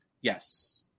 Yes